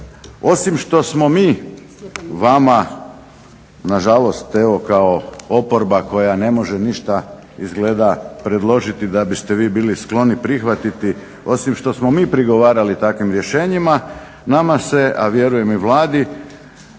Osim što smo mi vama nažalost evo kao oporba koja ne može ništa izgleda predložiti da biste vi bili skloni prihvatiti, osim što smo mi prigovarali takvim rješenjima nama se, a vjerujem i Vladi,